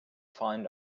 found